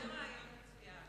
זה רעיון מצוין.